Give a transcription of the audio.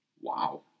Wow